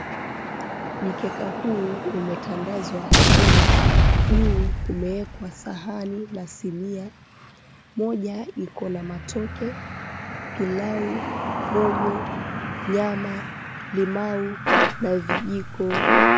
Mkeka huu umetandazwa chini, juu umewekwa sahani na sinia. Moja iko na matoke, pilau, rojo, nyama, limau na vijiko.